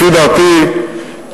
לפי דעתי,